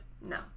no